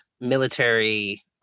military